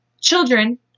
children